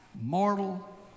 mortal